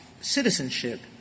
citizenship